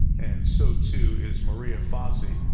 and so, too, is maria fassi.